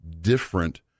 different